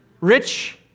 Rich